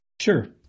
Sure